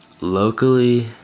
locally